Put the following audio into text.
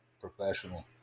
professional